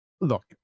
Look